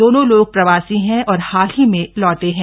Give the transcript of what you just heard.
दोनों लोग प्रवासी हैं और हाल ही में लौटे हैं